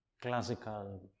classical